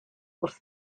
wrth